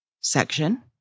section